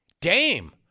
Dame